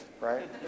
right